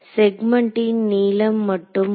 செக்மென்டின் நீளம் மட்டும் வரும்